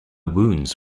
wounds